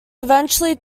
eventually